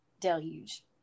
deluge